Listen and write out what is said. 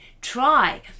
try